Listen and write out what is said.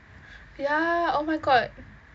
ya oh my god